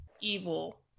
evil